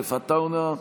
ויוסף עטאונה,